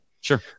Sure